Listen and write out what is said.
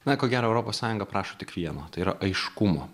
na ko gero europos sąjunga prašo tik vieno tai yra aiškumo